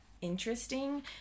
interesting